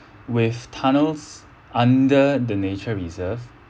with tunnels under the nature reserve